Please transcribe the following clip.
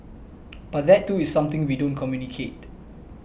but that too is something we don't communicate